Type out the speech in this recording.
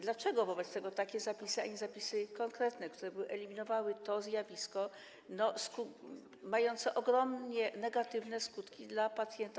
Dlaczego wobec tego takie zapisy, a nie zapisy konkretne, które by eliminowały to zjawisko mające ogromnie negatywne skutki dla polskiego pacjenta?